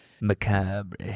Macabre